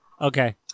okay